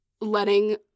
letting